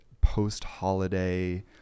post-holiday